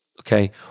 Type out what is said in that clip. okay